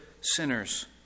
sinners